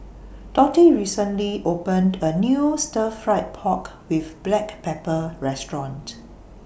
Dottie recently opened A New Stir Fried Pork with Black Pepper Restaurant